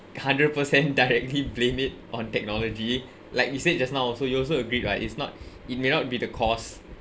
hundred percent directly blame it on technology like you said just now also you also agreed right it's not it may not be the cause